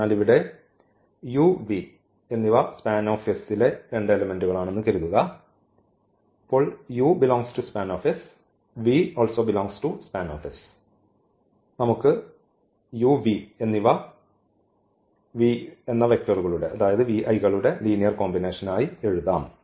അതിനാൽ ഇവിടെ ഈ u v∈SPAN എന്ന് കരുതുക ഇപ്പോൾ u∈SPAN v∈SPAN നമുക്ക് ഈ u v എന്നിവ കളുടെ ലീനിയർ കോമ്പിനേഷൻ ആയി എഴുതാം